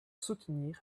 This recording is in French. soutenir